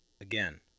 Again